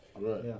Right